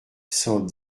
cent